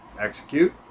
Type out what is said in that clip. execute